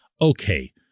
Okay